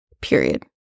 Period